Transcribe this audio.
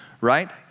Right